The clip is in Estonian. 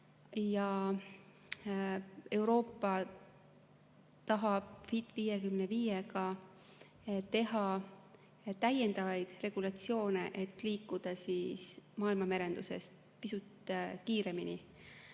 Euroopa tahab "Fit 55‑ga" teha täiendavaid regulatsioone, et liikuda maailma merendusest pisut kiiremini. Aga